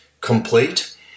complete